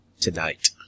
tonight